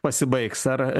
pasibaigs ar